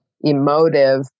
emotive